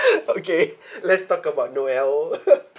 okay let's talk about noel